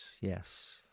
Yes